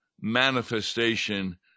manifestation